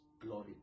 glory